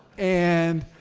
and.